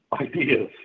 ideas